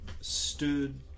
stood